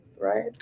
right